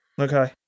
Okay